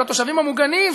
של התושבים המוגנים,